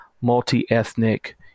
multi-ethnic